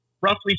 roughly